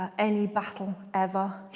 any battle ever